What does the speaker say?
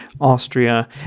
Austria